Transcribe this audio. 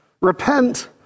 repent